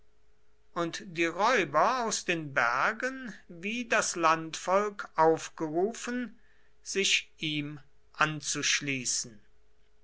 und die räuber aus den bergen wie das landvolk aufgerufen sich ihm anzuschließen